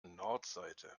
nordseite